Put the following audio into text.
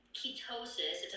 ketosis